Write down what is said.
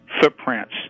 footprints